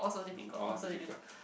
um all difficult